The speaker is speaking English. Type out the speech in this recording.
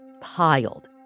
piled